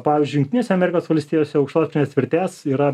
pavyzdžiui jungtinėse amerikos valstijose aukštos vertės yra